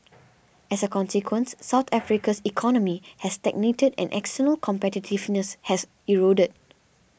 as a consequence South Africa's economy has stagnated and external competitiveness has eroded